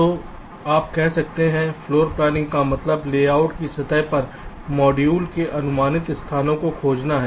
तो आप कह सकते हैं फ्लोर प्लैनिंग का मतलब लेआउट की सतह पर मॉड्यूल के अनुमानित स्थानों को खोजना है